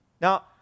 Now